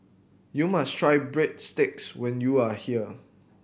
you must try Breadsticks when you are here